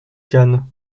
tian